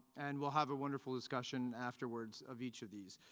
and we'll have a wonderful discussion afterwards of each of these.